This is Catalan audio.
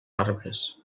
arbres